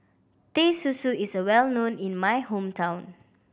Teh Susu is well known in my hometown